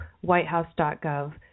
WhiteHouse.gov